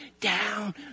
down